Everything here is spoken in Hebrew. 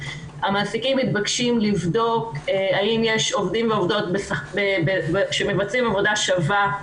המעסיקים מתבקשים לבדוק האם יש עובדים ועובדות שמבצעים עבודה שווה,